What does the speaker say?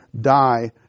die